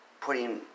putting